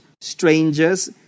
strangers